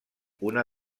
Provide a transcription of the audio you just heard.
una